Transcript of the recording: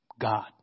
God